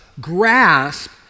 grasp